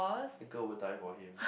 the girl will die for him